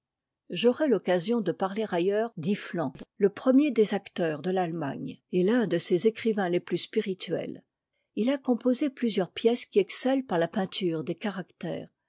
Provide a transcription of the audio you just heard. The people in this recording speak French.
j'aurai l'occasion de parler ailleùrs d'iffland le premier des acteurs de l'allemagne et l'un de ses écrivains les plus spirituels il a composé plusieurs pièces qui excellent par la peinture des caractères